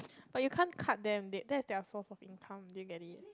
but you can't cut them they~ that's their source of income do you get it